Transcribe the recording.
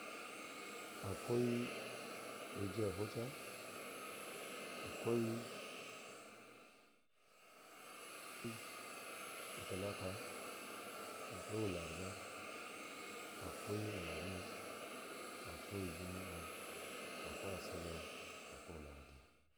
Akoi ɛjɛ ahoca, akoi utalata, akoi ulavaba, akoi alhamis, ujumaa, akoi asabar, akoi ulahadi.